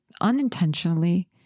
unintentionally